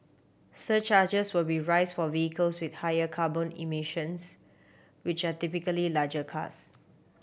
surcharges will be rise for vehicles with higher carbon emissions which are typically larger cars